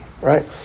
right